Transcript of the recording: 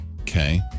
okay